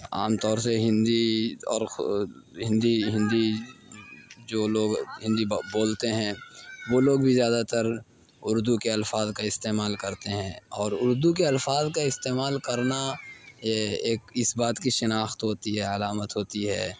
عام طور سے ہندی اور ہندی ہندی جو لوگ ہندی بولتے ہیں وہ لوگ بھی زیادہ تر اردو کے الفاظ کا استعمال کرتے ہیں اور اردو کے الفاظ کا استعمال کرنا یہ ایک اس بات کی شناخت ہوتی ہے علامت ہوتی ہے